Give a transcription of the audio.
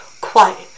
quiet